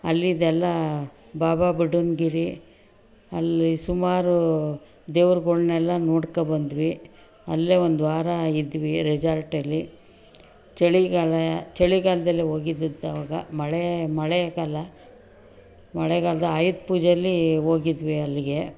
ಅಲ್ಲಿದೆಲ್ಲ ಬಾಬಾ ಬುಡನ್ ಗಿರಿ ಅಲ್ಲಿ ಸುಮಾರು ದೇವರುಗಳ್ನೆಲ್ಲ ನೋಡ್ಕೊ ಬಂದ್ವಿ ಅಲ್ಲೇ ಒಂದು ವಾರ ಇದ್ವಿ ರೆಜಾರ್ಟಲ್ಲಿ ಚಳಿಗಾಲ ಚಳಿಗಾಲದಲ್ಲೇ ಹೋಗಿದ್ದಿದ್ದು ಆವಾಗ ಮಳೆ ಮಳೆಗಾಲ ಮಳೆಗಾಲದ್ದು ಆಯುಧ ಪೂಜೆಯಲ್ಲಿ ಹೋಗಿದ್ವಿ ಅಲ್ಲಿಗೆ